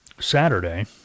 Saturday